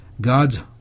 God's